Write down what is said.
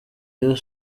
rayon